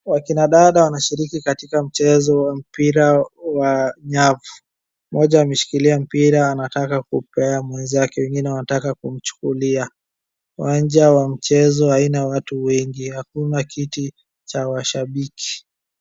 Wakina dada wanashiriki katika mchezo wa mpira wa nyavu. Mmoja ameshikilia mpira anataka kupea mwenzake wengine wanataka kumchukulia. Uwanja wa mchezo haina watu wengi hakuna kiti cha washambiki.